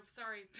sorry